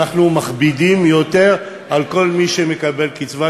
אנחנו מכבידים יותר על כל מי שמקבל קצבת